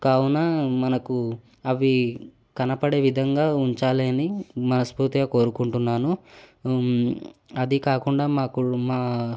కావున మనకు అవి కనపడే విధంగా ఉంచాలని మనస్ఫూర్తిగా కోరుకుంటున్నాను అది కాకుండా మాకు మా